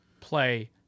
play